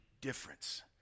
difference